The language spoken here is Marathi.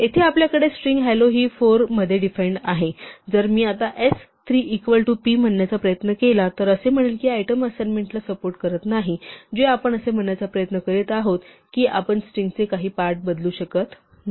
येथे आपल्याकडे स्ट्रिंग हॅलो हि फोर मध्ये डिफाइन्ड आहे आणि जर मी आता s 3 इक्वल टू p म्हणण्याचा प्रयत्न केला तर असे म्हणेल की हे आयटम असाइनमेंटला सपोर्ट करत नाही जे आपण असे म्हणण्याचा प्रयत्न करीत आहोत की आपण स्ट्रिंगचे काही पार्ट बदलू शकत नाही